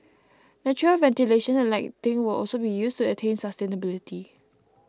natural ventilation and lighting will also be used to attain sustainability